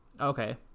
Okay